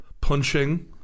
punching